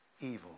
evil